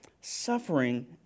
Suffering